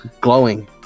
Glowing